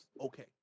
okay